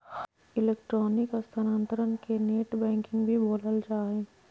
electronic स्थानान्तरण के net banking भी बोलल जा हइ